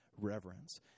reverence